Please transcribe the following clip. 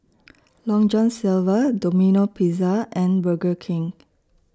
Long John Silver Domino Pizza and Burger King